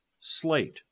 Slate